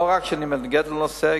לא רק שאני מתנגד לכך,